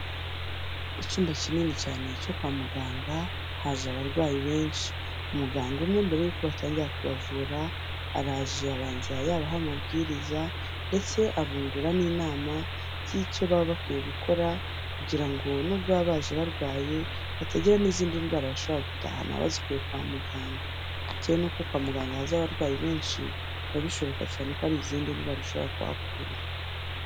Mu cyumba kinini cyane cyo kwa muganga haje abarwayi benshi, umuganga umwe mbere y'uko batangira kubavura araje abanza yabaha amabwiriza ndetse abungura n'inama z'icyo baba bakwiye gukora kugira ngo nubwo baba baje barwaye batagira n'izindi ndwara bashobora gutahana bazikuye kwa muganga, bitewe n'uko kwa muganga haza abarwayi benshi biba bishoboka cyane ko hari izindi ndwara ushobora kwakura.